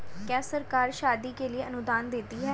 क्या सरकार शादी के लिए अनुदान देती है?